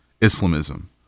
Islamism